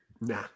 Nah